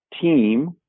team